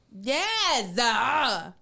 Yes